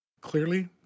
clearly